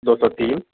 دو سو تین